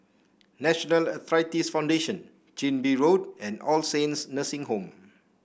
National Arthritis Foundation Chin Bee Road and All Saints Nursing Home